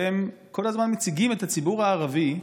שהם כל הזמן מציגים את הציבור הערבי,